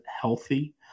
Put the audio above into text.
healthy